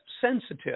sensitive